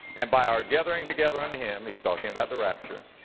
and by our gathering together unto him. he's talking about the rapture,